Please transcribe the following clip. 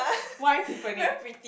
why Tiffany